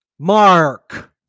Mark